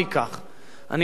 אני מזכיר לכולם,